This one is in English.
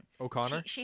O'Connor